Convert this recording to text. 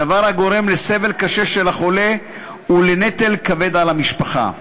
דבר הגורם לסבל קשה של החולה ולנטל כבד על המשפחה.